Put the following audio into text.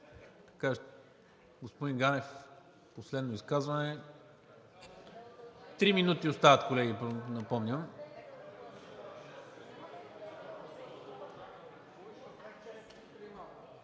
Господин Ганев – последно изказване. Три минути остават, колеги, напомням.